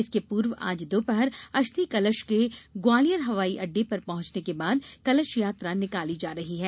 इसके पूर्व आज दोपहर अस्थि कलश के ग्वालियर हवाई अड्डे पर पहुंचने के बाद कलश यात्रा निकाली जा रही है